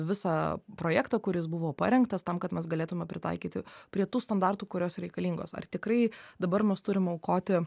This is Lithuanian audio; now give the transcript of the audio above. visą projektą kuris buvo parengtas tam kad mes galėtume pritaikyti prie tų standartų kurios reikalingos ar tikrai dabar mes turim aukoti